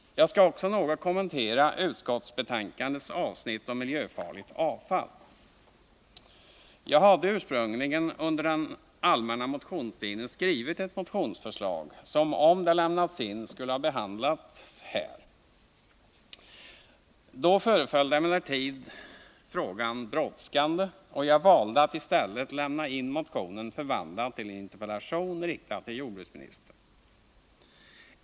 Jag skall också något kommentera utskottsbetänkandets avsnitt om miljöfarligt avfall. Under den allmänna motionstiden skrev jag ett motionsförslag som, om det hade lämnats in, skulle ha behandlats här. Då föreföll emellertid frågan brådskande, varför jag i stället valde att lämna in motionen förvandlad till en interpellation, riktad till jordbruksministern.